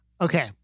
Okay